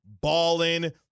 balling